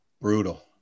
brutal